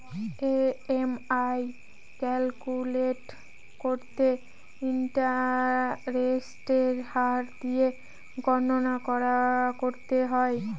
EMI calculate করতে ইন্টারেস্টের হার দিয়ে গণনা করতে হয়